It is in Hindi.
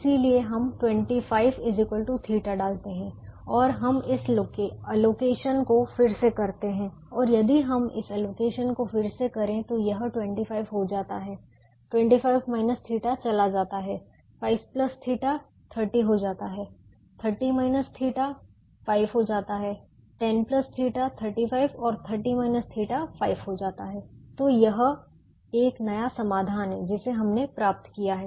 इसलिए हम 25 θ डालते हैं और हम इस अलोकेशन को फिर से करते हैं और यदि हम इस अलोकेशन को फिर से करें तो यह 25 हो जाता है 25 θ चला जाता है 5 θ 30 हो जाता है 30 θ 5 हो जाता है 10 θ 35 और 30 θ 5 हो जाता है तो यह एक नया समाधान है जिसे हमने प्राप्त किया है